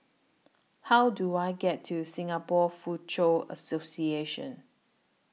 How Do I get to Singapore Foochow Association